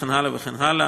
וכן הלאה וכן הלאה,